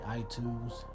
iTunes